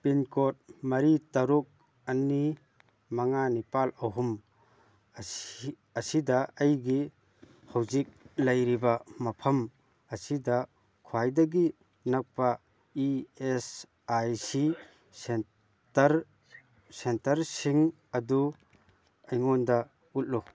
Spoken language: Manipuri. ꯄꯤꯟꯀꯣꯗ ꯃꯔꯤ ꯇꯔꯨꯛ ꯑꯅꯤ ꯃꯉꯥ ꯅꯤꯄꯥꯜ ꯑꯍꯨꯝ ꯑꯁꯤꯗ ꯑꯩꯒꯤ ꯍꯧꯖꯤꯛ ꯂꯩꯔꯤꯕ ꯃꯐꯝ ꯑꯁꯤꯗ ꯈ꯭ꯋꯥꯏꯗꯒꯤ ꯅꯛꯄ ꯏ ꯑꯦꯁ ꯑꯥꯏ ꯁꯤ ꯁꯦꯟꯇꯔꯁꯤꯡ ꯑꯗꯨ ꯑꯩꯉꯣꯟꯗ ꯎꯠꯂꯨ